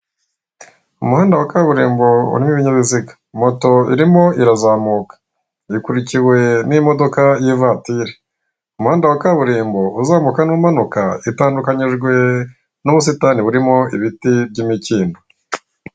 Umuhanda wa kaburimbo urimo ibinyabizi moto irimo irazamuka ikurikiwe n'imodoka y'ivatiri. Umuhanda wa kaburimbo uzamuka n'umanuka bitandukanyijwe n'ubusitani burimo ibiti by'imikindo.